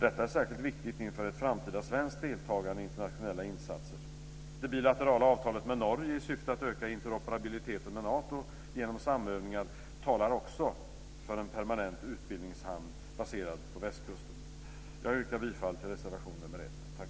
Detta är särskilt viktigt inför ett framtida svenskt deltagande i internationella insatser. Det bilaterala avtalet med Norge i syfte att öka interoperabiliteten med Nato genom samövningar talar också för en permanent Jag yrkar bifall till reservation nr 1.